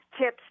tips